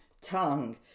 tongue